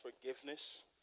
forgiveness